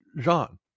Jean